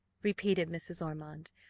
repeated mrs. ormond,